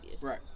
Right